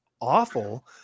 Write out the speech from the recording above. awful